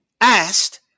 asked